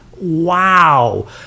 wow